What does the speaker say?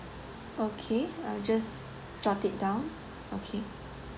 okay I'll just jot it down okay